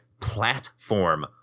platform